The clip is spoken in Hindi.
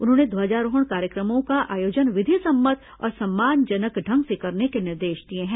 उन्होंने ध्वजारोहण कार्यक्रमों का आयोजन विधिसम्मत और सम्मानजनक ढंग से करने के निर्देश दिए हैं